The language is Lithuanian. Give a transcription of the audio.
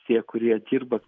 tie kurie dirba